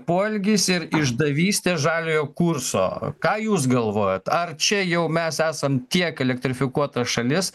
poelgis ir išdavystė žaliojo kurso ką jūs galvojat ar čia jau mes esam tiek elektrifikuota šalis